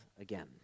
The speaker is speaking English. again